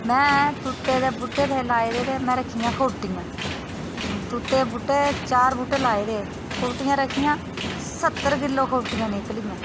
में तूते दे बूह्टे दे लाए दे ते में रक्खियां खुब्टियां तूते दे बूह्टे चार बूह्टे लाए दे हे खुब्टियां रक्खियां सत्तर किल्लो खुब्टियां निकलियां